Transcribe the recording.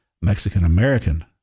Mexican-American